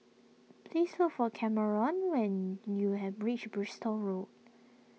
please look for Kamron when you have reach Bristol Road